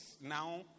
now